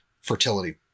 fertility